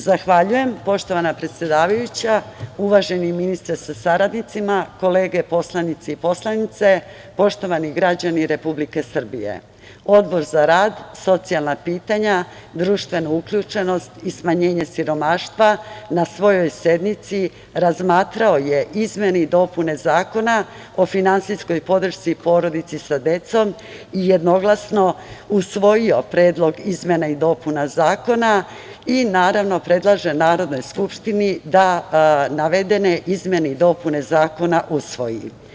Zahvaljujem poštovana predsedavajuća, uvaženi ministre sa saradnicima, kolege poslanici i poslanice, poštovani građani Republike Srbije, Odbor za rad, socijalna pitanja, društvenu uključenost i smanjenje siromaštva na svojoj sednici razmatrao je izmene i dopune Zakona o finansijskoj podršci porodici sa decom i jednoglasno usvojio Predlog izmenama i dopuna zakona i naravno predlaže Narodnoj skupštini da navedene izmene i dopune zakona usvoji.